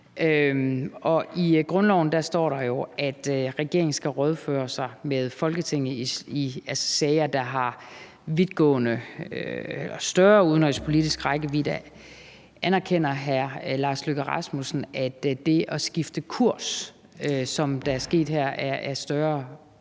I grundloven står der jo, at regeringen skal rådføre sig med Folketinget i sager, der har vidtgående og større udenrigspolitisk rækkevidde. Anerkender hr. Lars Løkke Rasmussen, at det at skifte kurs, som der er sket her, er af større